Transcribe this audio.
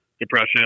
depression